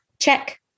check